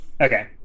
Okay